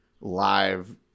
live